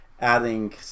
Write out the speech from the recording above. adding